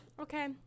Okay